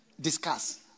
Discuss